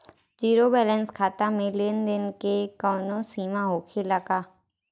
Zero balance खाता में लेन देन के कवनो सीमा होखे ला का?